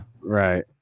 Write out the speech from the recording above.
right